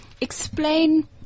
Explain